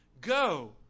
go